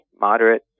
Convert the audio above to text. moderate